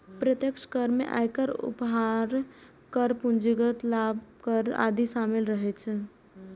प्रत्यक्ष कर मे आयकर, उपहार कर, पूंजीगत लाभ कर आदि शामिल रहै छै